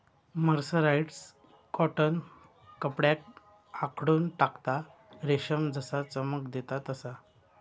mercerised cotton कपड्याक आखडून टाकता, रेशम जसा चमक देता तसा